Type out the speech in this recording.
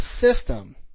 system